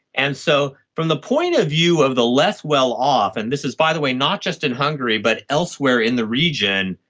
and so from the point of view of the less well-off, and this is, by the way, not just in hungary but elsewhere in the region,